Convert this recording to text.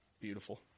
Beautiful